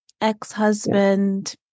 ex-husband